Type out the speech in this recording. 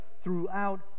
throughout